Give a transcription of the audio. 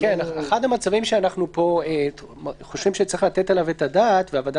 אחד המצבים שאנחנו חושבים שצריך לתת עליו את הדעת והוועדה